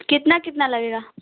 कितना कितना लगेगा